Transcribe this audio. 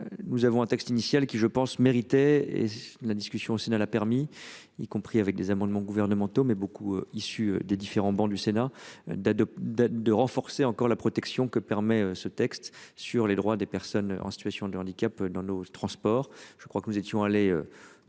Nous avons un texte initial qui je pense mériter et la discussion au Sénat a permis, y compris avec des amendements gouvernementaux mais beaucoup issus des différents bancs du Sénat d'de d'être de renforcer encore la protection que permet ce texte sur les droits des personnes en situation de handicap dans nos transports. Je crois que nous étions allé